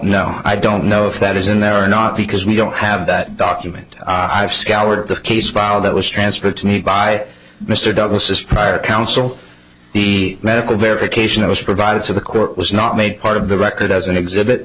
know i don't know if that is in there or not because we don't have that document i have scoured the case file that was transferred to me by mr douglas just prior counsel the medical verification i was provided to the court was not made part of the record as an exhibit